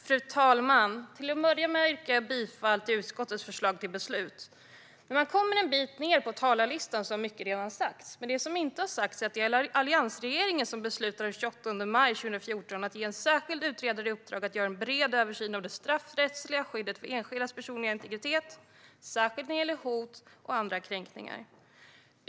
Fru talman! Till att börja med yrkar jag bifall till utskottets förslag till beslut. När man hamnar en bit ned på talarlistan har mycket redan sagts. Men det som inte har sagts är att det var alliansregeringen som den 28 maj 2014 beslutade att ge en särskild utredare i uppdrag att göra en bred översyn av det straffrättsliga skyddet för enskildas personliga integritet, särskilt när det gäller hot och andra kränkningar.